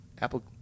Apple